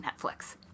Netflix